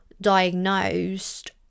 diagnosed